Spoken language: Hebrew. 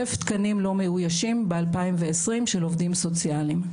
כאלף תקנים לא מאויישים ב-2020 של עובדים סוציאליים.